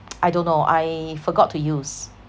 I don't know I forgot to use